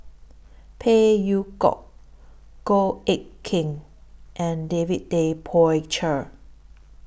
Phey Yew Kok Goh Eck Kheng and David Tay Poey Cher